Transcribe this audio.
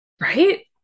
Right